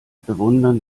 bewundern